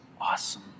awesome